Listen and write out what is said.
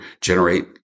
generate